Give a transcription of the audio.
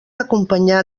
acompanyar